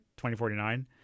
2049